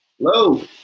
Hello